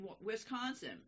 Wisconsin